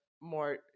more